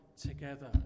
together